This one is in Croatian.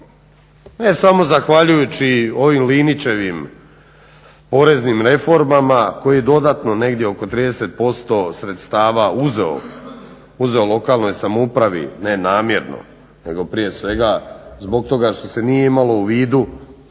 Ne samo zahvaljujući ovim Linićevim poreznim reformama koji je dodatno negdje oko 30% sredstava uzeo lokalnoj samoupravi, ne namjerno nego prije svega zbog toga što se nije imalo u vidu